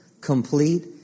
complete